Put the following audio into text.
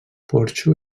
porxo